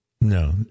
No